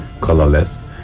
Colorless